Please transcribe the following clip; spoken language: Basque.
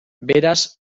beraz